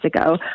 ago